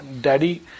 daddy